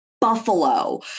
buffalo